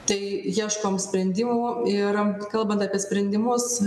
tai ieškom sprendimų ir kalbant apie sprendimus